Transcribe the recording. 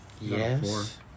Yes